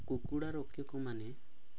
କୁକୁଡ଼ା ରକ୍ଷକମାନେ